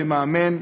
כמאמן.